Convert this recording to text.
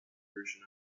version